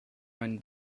meinen